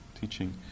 teaching